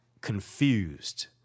confused